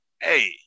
hey